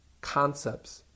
concepts